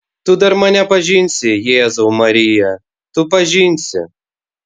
tu dar mane pažinsi jėzau marija tu pažinsi